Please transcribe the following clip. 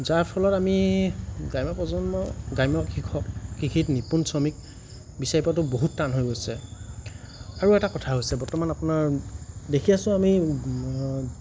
যাৰ ফলত আমি গ্ৰাম্যপ্ৰজন্ম গ্ৰাম্য কৃষক কৃষিত নিপূণ শ্ৰমিক বিচাৰি পোৱাটো বহুত টান হৈ গৈছে আৰু এটা কথা হৈছে বৰ্তমান আপোনাৰ দেখি আছোঁ আমি